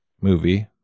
movie